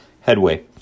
headway